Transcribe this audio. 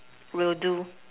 will do